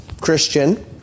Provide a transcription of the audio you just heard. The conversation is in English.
Christian